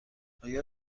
آیا